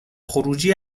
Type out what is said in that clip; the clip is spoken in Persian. خروجی